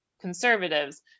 conservatives